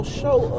show